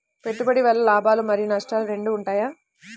పెట్టుబడి వల్ల లాభాలు మరియు నష్టాలు రెండు ఉంటాయా?